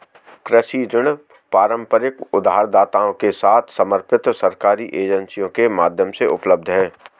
कृषि ऋण पारंपरिक उधारदाताओं के साथ समर्पित सरकारी एजेंसियों के माध्यम से उपलब्ध हैं